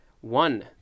One